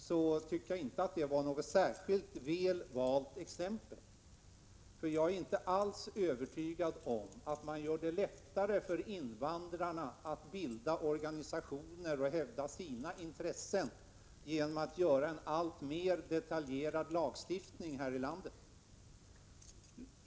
Jag tycker inte att det var något särskilt väl valt exempel. Jag är inte alls övertygad om att man gör det lättare för invandrarna att bilda organisationer och hävda sina intressen genom att införa en alltmer detaljerad lagstiftning här i landet.